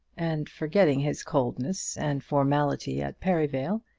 and forgetting his coldness and formality at perivale,